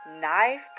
Knife